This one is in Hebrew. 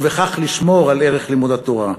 ובכך לשמור על ערך לימוד התורה,